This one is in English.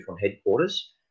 headquarters